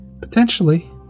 Potentially